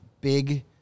big